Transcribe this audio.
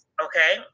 Okay